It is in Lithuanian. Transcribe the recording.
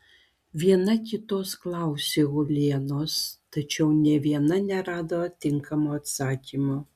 viena kitos klausė uolienos tačiau nė viena nerado tinkamo atsakymo